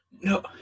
No